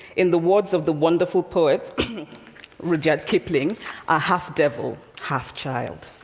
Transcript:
in the words of the wonderful poet rudyard kipling, are half devil, half child.